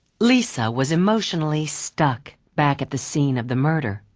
lisa was emotionally stuck back at the scene of the murder.